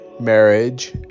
marriage